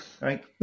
Right